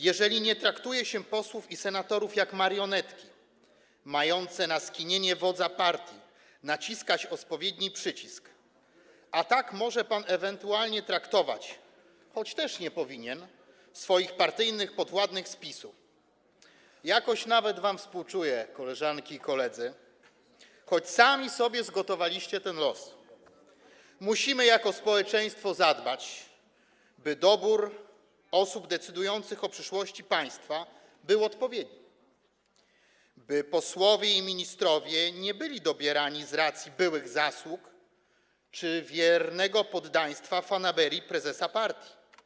Jeżeli nie traktuje się posłów i senatorów jak marionetki mające na skinienie wodza partii naciskać odpowiedni przycisk - a tak może pan ewentualnie traktować, choć też nie powinien, swoich partyjnych podwładnych z PiS-u, jakoś nawet wam współczuję, koleżanki i koledzy, choć sami sobie zgotowaliście ten los - musimy jako społeczeństwo zadbać, by dobór osób decydujących o przyszłości państwa był odpowiedni, by posłowie i ministrowie nie byli dobierani z racji byłych zasług czy wiernego poddaństwa fanaberii prezesa partii.